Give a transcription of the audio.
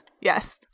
Yes